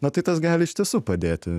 na tai tas gali iš tiesų padėti